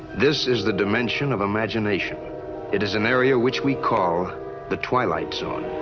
this is the dimension of imagination it is an area which we call the twilight zone.